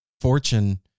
fortune